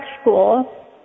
school